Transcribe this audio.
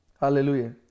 hallelujah